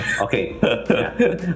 Okay